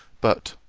but,